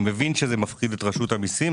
אני מבין שזה מפחיד את רשות המיסים,